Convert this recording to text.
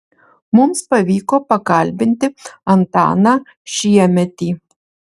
mums pavyko pakalbinti antaną šiemetį